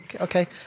okay